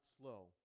slow